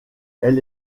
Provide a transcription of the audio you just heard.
elle